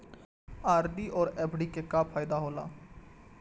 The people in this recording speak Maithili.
आर.डी और एफ.डी के का फायदा हौला?